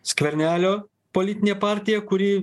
skvernelio politinė partija kuri